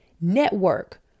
network